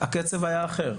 הקצב היה אחר.